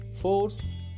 force